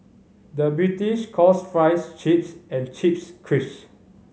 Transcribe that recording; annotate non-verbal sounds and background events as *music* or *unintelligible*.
the British calls fries chips and chips *unintelligible*